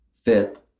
Fifth